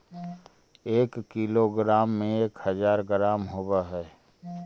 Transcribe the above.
एक किलोग्राम में एक हज़ार ग्राम होव हई